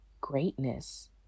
greatness